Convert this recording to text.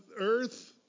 earth